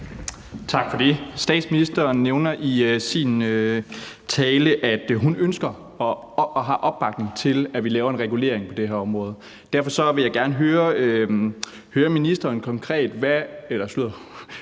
Tak for det. Statsministeren nævner i sin tale, at hun ønsker og har opbakning til, at vi laver en regulering på det her område. Derfor vil jeg gerne høre ministeren, hvad